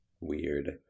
weird